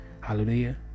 Hallelujah